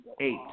Eight